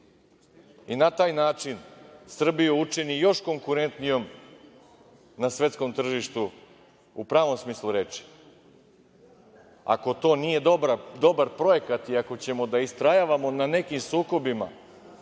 i na taj način Srbiju učini još konkurentnijom na svetskom tržištu u pravom smislu reči. Ako to nije dobar projekat i ako ćemo da istrajavamo na nekim sukobima,